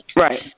Right